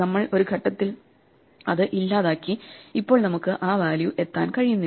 നമ്മൾ ഒരു ഘട്ടത്തിൽ അത് ഇല്ലാതാക്കി ഇപ്പോൾ നമുക്ക് ആ വാല്യൂ എത്താൻ കഴിയുന്നില്ല